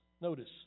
Notice